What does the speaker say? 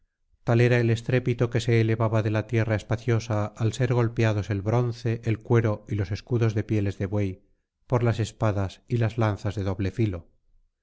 tal era el estrépito que se elevaba de la tierra espaciosa al ser golpeados el bronce el cuero y los escudos de pieles de buey por las espadas y las lanzas de doble filo